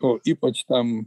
o ypač tam